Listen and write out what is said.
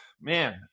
Man